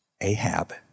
Ahab